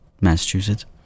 massachusetts